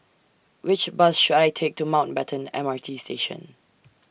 Which Bus should I Take to Mountbatten M R T Station